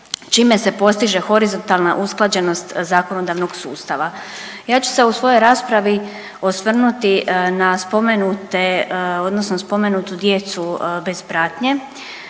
čime se postiže horizontalna usklađenost zakonodavnog sustava. Ja ću se u svojoj raspravi osvrnuti na spomenute odnosno